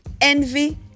envy